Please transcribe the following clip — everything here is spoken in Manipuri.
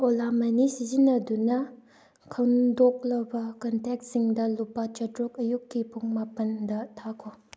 ꯑꯣꯂꯥ ꯃꯅꯤ ꯁꯤꯖꯤꯟꯅꯗꯨꯅ ꯈꯟꯗꯣꯛꯂꯕ ꯀꯟꯇꯦꯛꯁꯤꯡꯗ ꯂꯨꯄꯥ ꯆꯇ꯭ꯔꯨꯛ ꯑꯌꯨꯛꯀꯤ ꯄꯨꯡ ꯃꯥꯄꯟꯗ ꯊꯥꯈꯣ